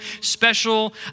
special